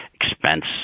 expense